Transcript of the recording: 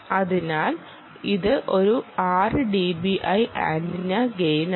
അതിനാൽ ഇത് ഒരു 6 dBi ആന്റിന ഗെയിനാണ്